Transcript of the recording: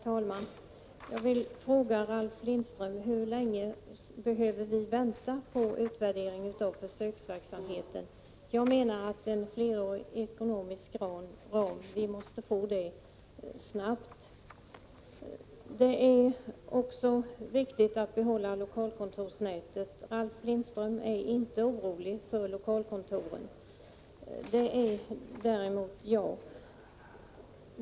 Herr talman! Jag vill fråga Ralf Lindström: Hur länge skall vi behöva vänta på en utvärdering av försöksverksamheten? Enligt min mening måste vi snabbt få en flerårig ekonomisk ram. Vidare är det viktigt att behålla lokalkontorsnätet. Ralf Lindström är inte orolig när det gäller lokalkontoren. Det är däremot jag.